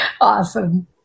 Awesome